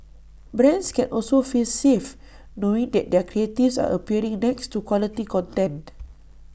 brands can also feel safe knowing that their creatives are appearing next to quality content